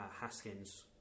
Haskins